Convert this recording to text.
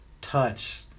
touch